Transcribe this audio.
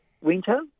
winter